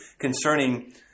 concerning